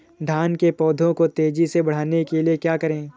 धान के पौधे को तेजी से बढ़ाने के लिए क्या करें?